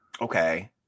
okay